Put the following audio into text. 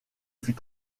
fut